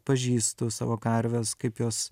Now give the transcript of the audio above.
pažįstu savo karves kaip jos